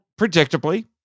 Predictably